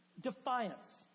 defiance